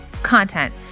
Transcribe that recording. content